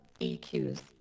EQs